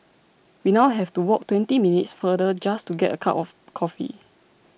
we now have to walk twenty minutes farther just to get a cup of coffee